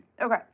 Okay